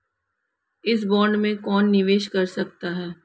इस बॉन्ड में कौन निवेश कर सकता है?